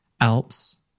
Alps